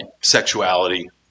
sexuality